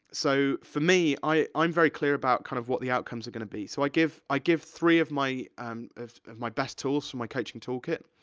so, for me, i, i'm very clear about, kind of, what the outcomes are gonna be. so i give, i give three of my, um of of my best tools from my coaching toolkit.